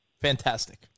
Fantastic